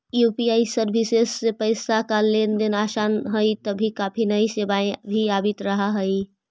UPI service से पैसे का लेन देन आसान हई तभी काफी नई सेवाएं भी आवित रहा हई